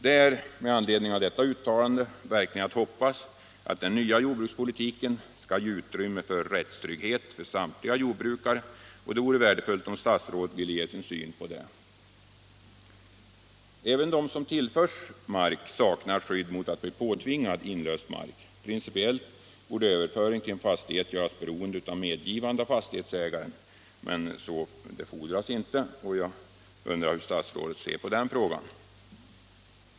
Det är med anledning av detta uttalande verkligen att hoppas att den nya jordbrukspolitiken skall ge utrymme för rättstrygghet för samtliga jordbrukare, och det vore värdefullt om statsrådet ville ge sin syn på detta. Även de som tillförs mark saknar ett skydd mot att bli påtvingade inlöst mark. Principiellt borde överföring till en fastighet göras beroende av medgivande av fastighetsägaren, men det fordras inte. Hur ser statsrådet på den frågan?